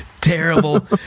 terrible